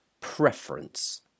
preference